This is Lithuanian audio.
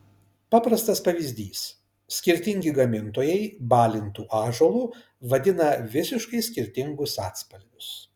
paprastas pavyzdys skirtingi gamintojai balintu ąžuolu vadina visiškai skirtingus atspalvius